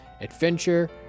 Adventure